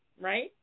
right